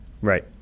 Right